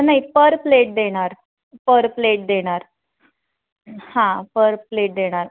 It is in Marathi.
नाही पर प्लेट देणार पर प्लेट देणार हां पर प्लेट देणार